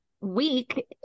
week